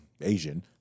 Asian